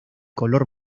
color